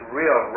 real